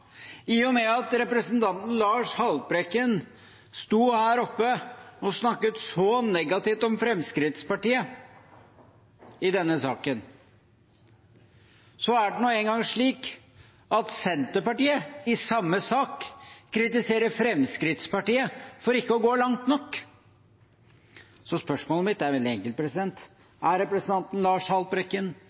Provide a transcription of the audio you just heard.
I og med at representanten Lars Haltbrekken sto oppe på talerstolen og snakket så negativt om Fremskrittspartiet i denne saken, er det nå en gang slik at Senterpartiet i samme sak kritiserer Fremskrittspartiet for ikke å gå langt nok. Så spørsmålet mitt er veldig enkelt: Er representanten Lars Haltbrekken